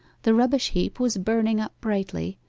the rubbish-heap was burning up brightly,